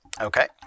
Okay